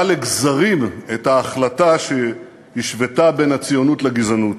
לגזרים את ההחלטה שהשוותה את הציונות לגזענות.